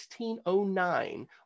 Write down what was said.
1609